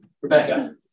Rebecca